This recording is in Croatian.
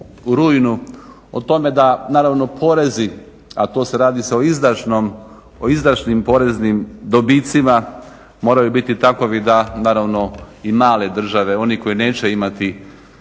u rujnu o tome da naravno porezi, a radi se o izdašnim poreznim dobicima, moraju biti takovi da naravno i male države, oni koji neće imati